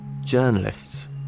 journalists